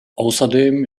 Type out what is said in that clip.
außerdem